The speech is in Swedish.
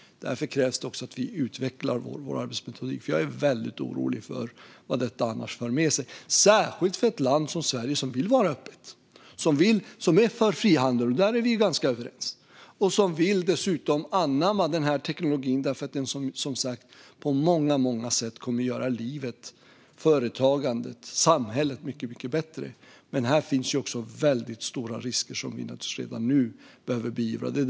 Därför krävs att vi utvecklar vår arbetsmetodik. Jag är väldigt orolig för vad detta annars kan föra med sig, särskilt för ett land som Sverige som vill vara öppet, som är för frihandel - där är vi ganska överens - och som dessutom vill anamma teknologin därför att den som sagt på många sätt kommer att göra livet, företagandet och samhället mycket bättre. Men där finns också väldigt stora risker som vi redan nu behöver hantera.